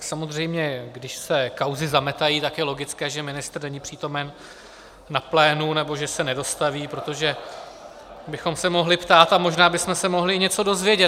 Samozřejmě když se kauzy zametají, tak je logické, že ministr není přítomen na plénu, nebo že se nedostaví, protože bychom se mohli ptát a možná bychom se mohli i něco dozvědět.